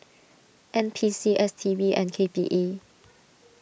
N P C S T B and K P E